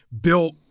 built